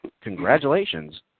Congratulations